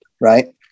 right